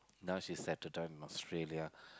now she's settled down in Australia